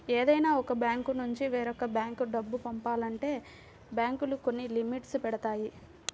ఏదైనా ఒక బ్యాంకునుంచి వేరొక బ్యేంకు డబ్బు పంపాలంటే బ్యేంకులు కొన్ని లిమిట్స్ పెడతాయి